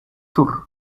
tour